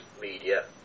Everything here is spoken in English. media